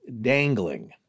dangling